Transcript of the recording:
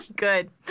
Good